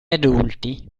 adulti